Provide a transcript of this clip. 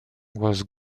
was